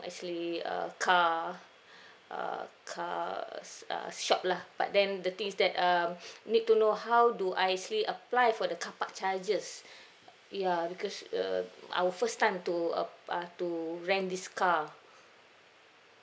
actually uh car uh car s~ uh shop lah but then the thing is that um need to know how do I actually apply for the carpark charges ya because err our first time to ap~ uh to rent this car